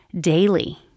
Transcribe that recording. daily